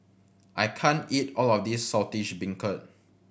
I can't eat all of this Saltish Beancurd